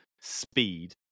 speed